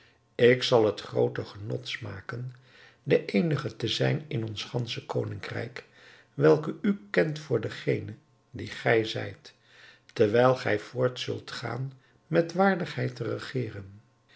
ik zal het groote genot smaken de eenige te zijn in ons gansche koningrijk welke u kent voor degene die gij zijt terwijl gij voort zult gaan met waardigheid te regeren